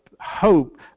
hope